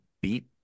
beat